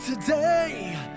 today